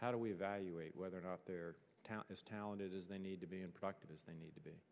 how do we evaluate whether or not their town is talented as they need to be in practice as they need to be